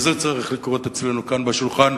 וזה צריך לקרות אצלנו כאן בשולחן,